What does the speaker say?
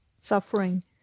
suffering